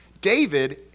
David